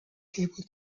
cable